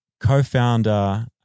co-founder